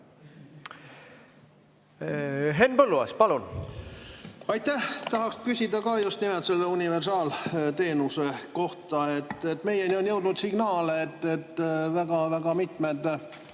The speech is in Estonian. Henn Põlluaas, palun! Aitäh! Tahaksin küsida ka just nimelt selle universaalteenuse kohta. Meieni on jõudnud signaale, et väga-väga mitmed